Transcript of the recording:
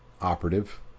operative